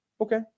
okay